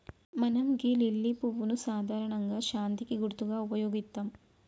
మనం గీ లిల్లీ పువ్వును సాధారణంగా శాంతికి గుర్తుగా ఉపయోగిత్తం